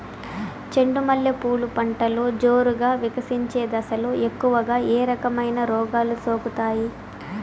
చెండు మల్లె పూలు పంటలో జోరుగా వికసించే దశలో ఎక్కువగా ఏ రకమైన రోగాలు సోకుతాయి?